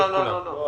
לא, לא, לא.